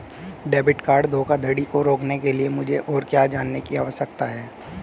Debit card धोखाधड़ी को रोकने के लिए मुझे और क्या जानने की आवश्यकता है?